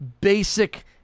basic